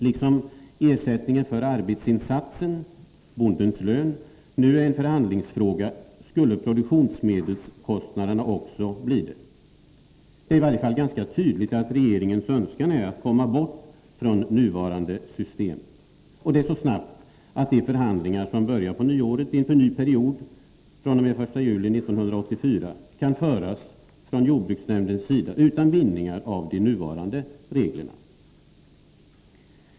Liksom ersättningen för arbetsinsatsen, bondens lön, nu är en förhandlingsfråga skulle produktionsmedelskostnaderna också bli det. Det är i varje fall ganska tydligt att regeringens önskan är att komma bort från nuvarande system, och det så snabbt att de förhandlingar som börjar på nyåret inför ny period fr.o.m. den 1 juli 1984 kan föras från jordbruksnämndens sida utan bindningar av de nuvarande reglerna.